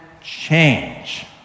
change